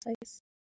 place